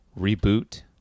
reboot